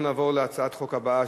אנחנו נעבור להצעת חוק הבאה,